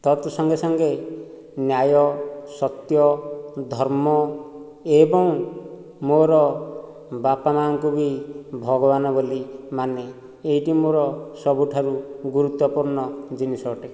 ତତ୍ ସଙ୍ଗେସଙ୍ଗେ ନ୍ୟାୟ ସତ୍ୟ ଧର୍ମ ଏବଂ ମୋର ବାପା ମାଆଙ୍କୁ ବି ଭଗବାନ ବୋଲି ମାନେ ଏହିଟି ମୋର ସବୁଠାରୁ ଗୁରୁତ୍ୱପୂର୍ଣ୍ଣ ଜିନିଷ ଅଟେ